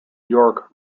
york